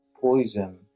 Poison